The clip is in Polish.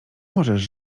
możesz